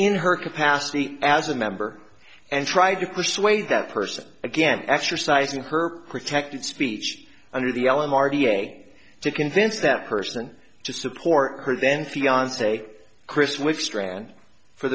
in her capacity as a member and tried to persuade that person again exercising her protected speech under the alamar da to convince that person to support her then fianc chris which strand for